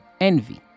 Envy